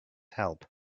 help